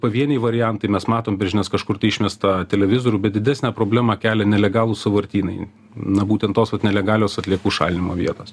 pavieniai variantai mes matom per žinias kažkur tai išmestą televizorių bet didesnę problemą kelia nelegalūs sąvartynai na būtent tos vat nelegalios atliekų šalinimo vietos